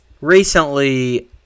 recently